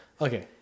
Okay